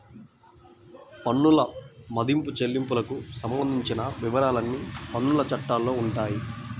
పన్నుల మదింపు, చెల్లింపులకు సంబంధించిన వివరాలన్నీ పన్నుల చట్టాల్లో ఉంటాయి